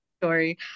story